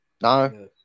No